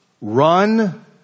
Run